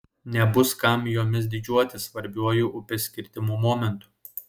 nebus kam jomis didžiuotis svarbiuoju upės kirtimo momentu